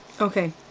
Okay